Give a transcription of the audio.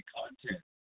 content